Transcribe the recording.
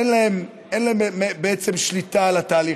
אין להם בעצם שליטה על התהליך,